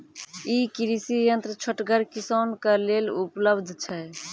ई कृषि यंत्र छोटगर किसानक लेल उपलव्ध छै?